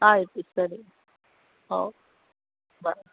ಆಯಿತು ಸರಿ ಓ ಬಾ